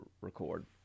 record